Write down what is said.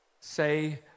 say